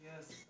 Yes